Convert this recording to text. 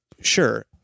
Sure